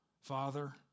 Father